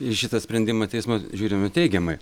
į šitą sprendimą teismo žiūrime teigiamai